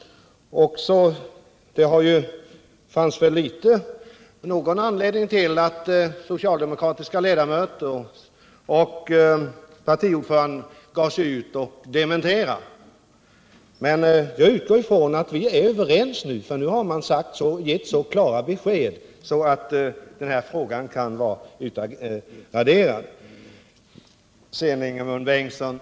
Det fanns väl någon anledning till att socialdemokratiska riksdagsledamöter och partiordföranden gav sig ut och dementerade. Jag utgår ifrån att vi nu är överens, för nu har man gett så klara besked att den här frågan kan vara utagerad. Ingemund Bengtsson!